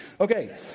Okay